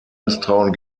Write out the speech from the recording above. misstrauen